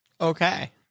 Okay